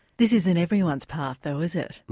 this isn't everyone's path though is it? no.